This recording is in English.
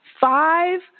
five